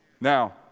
Now